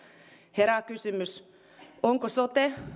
herää kysymys onko sote